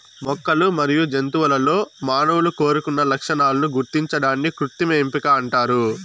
మొక్కలు మరియు జంతువులలో మానవులు కోరుకున్న లక్షణాలను గుర్తించడాన్ని కృత్రిమ ఎంపిక అంటారు